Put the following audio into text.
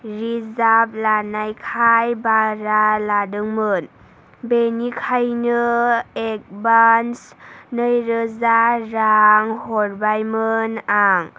रिजाब लानायखाय बारा लादोंमोन बेनिखायनो एदभान्स नै रोजा रां हरबायमोन आं